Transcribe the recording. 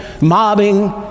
mobbing